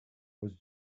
was